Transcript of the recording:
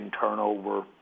turnover